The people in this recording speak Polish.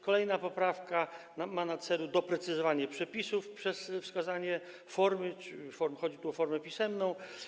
Kolejna poprawka ma na celu doprecyzowanie przepisów przez wskazanie formy, chodzi tu o formę pisemną.